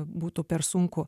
būtų per sunku